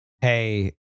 Hey